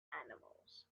animals